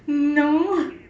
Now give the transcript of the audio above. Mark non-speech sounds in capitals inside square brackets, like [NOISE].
no [LAUGHS]